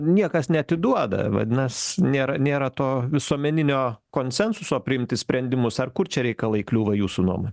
niekas neatiduoda vadinas nėra nėra to visuomeninio konsensuso priimti sprendimus ar kur čia reikalai kliūva jūsų nuomone